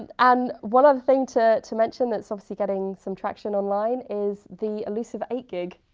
and one other thing to to mention, that's obviously getting some traction online is the elusive eight gig.